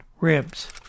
ribs